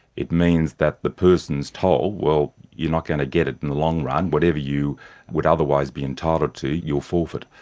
it means that the person is told, well, you're not going to get it in the long run, whatever you would otherwise be entitled to, you'll forfeit.